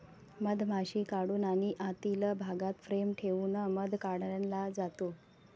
मधमाशी काढून आणि आतील भागात फ्रेम ठेवून मध काढला जातो